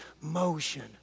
motion